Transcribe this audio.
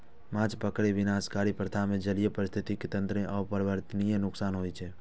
माछ पकड़ै के विनाशकारी प्रथा मे जलीय पारिस्थितिकी तंत्र कें अपरिवर्तनीय नुकसान होइ छै